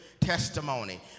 testimony